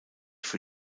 für